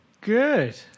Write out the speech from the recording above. Good